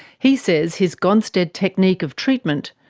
he says his gonstead technique of treatment,